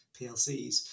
PLCs